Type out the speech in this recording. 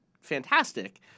fantastic